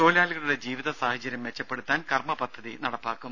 തൊഴിലാളികളുടെ ജീവിത സാഹചര്യം മെച്ചപ്പെടുത്താൻ കർമ്മ പദ്ധതി നടപ്പാക്കും